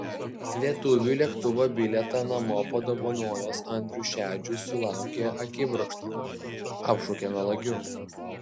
lietuviui lėktuvo bilietą namo padovanojęs andrius šedžius sulaukė akibrokšto apšaukė melagiu